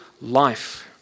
life